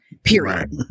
Period